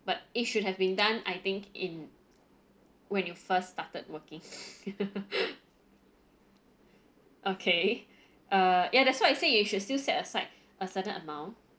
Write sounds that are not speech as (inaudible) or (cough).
but it should have been done I think in when you first started working (breath) (laughs) okay err ya that's why I say you should still set aside a certain amount